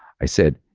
i said,